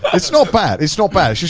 it's not bad. it's not bad.